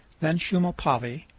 then shumopavi,